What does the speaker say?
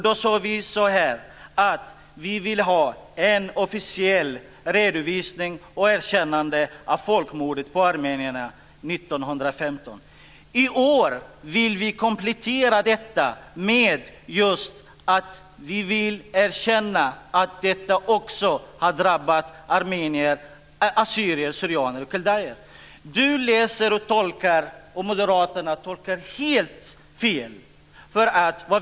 Då sade vi att vi ville ha en officiell redovisning och ett erkännande av folkmordet på armenierna 1915. I år vill vi komplettera detta med ett erkännande av att detta också har drabbat assyrier/syrianer och kaldéer. Sten Tolgfors och Moderaterna tolkar helt fel.